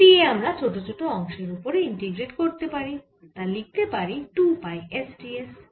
এই d a আমরা ছোট ছোট অংশের ওপর ইন্টিগ্রেট করতে পারি আর তা লিখতে পারি 2 পাই s ds